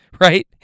right